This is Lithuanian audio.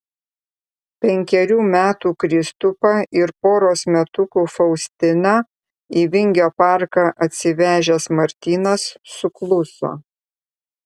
penkerių metų kristupą ir poros metukų faustiną į vingio parką atsivežęs martynas sukluso